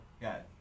got